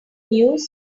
news